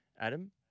Adam